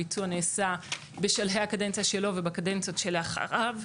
הביצוע נעשה בשלהי הקדנציה שלו ובקדנציות שלאחריו.